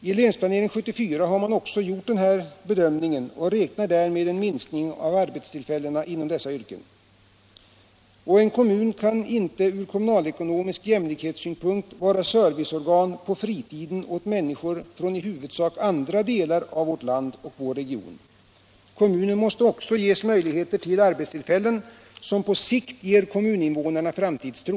I Länsplanering 74 har man också gjort den här bedömningen och räknar där med en minskning av arbetstillfällena inom dessa yrken. Och en kommun kan inte från kommunalekonomisk jämlikhetssynpunkt vara serviceorgan på fritiden åt människor från i huvudsak andra delar av vårt land och vår region. Kommunen måste också ges möjligheter till arbetstillfällen, som på sikt ger kommuninvånarna framtidstro.